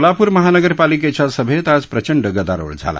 सोलाप्र महानगरपालिकेच्या सभेत आज प्रचंड गदारोळ झाला